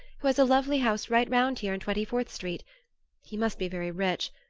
who has a lovely house right round here in twenty-fourth street he must be very rich,